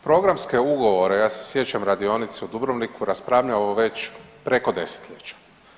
Programske ugovore ja se sjećam radionice u Dubrovniku raspravljao već preko desetljeća.